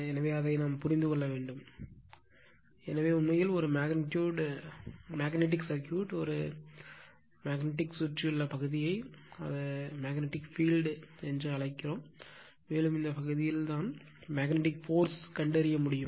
எனவே அதைப் புரிந்து கொள்ள வேண்டும் எனவே உண்மையில் ஒரு மேக்னட்டிக் சர்க்யூட் ஒரு மேக்னட்டிக் சுற்றியுள்ள பகுதியை அறிந்த மேக்னெட்டிக் பீல்ட் என்று அழைக்கப்படுகிறது மேலும் இந்த பகுதியில் தான் மேக்னடிக் போர்ஸ் கண்டறிய முடியும்